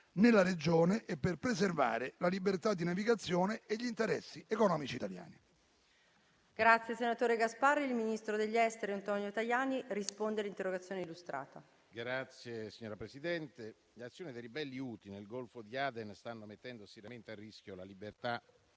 nella regione e per preservare la libertà di navigazione e gli interessi economici italiani.